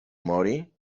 mori